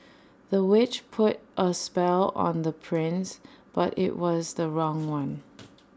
the witch put A spell on the prince but IT was the wrong one